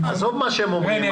עזוב את מה שהם אומרים.